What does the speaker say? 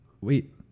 Wait